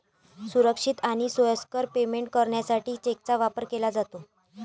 सुरक्षित आणि सोयीस्कर पेमेंट करण्यासाठी चेकचा वापर केला जातो